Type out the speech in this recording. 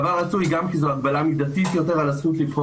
גם כי זו הגבלה מידתית יותר על הזכות לבחור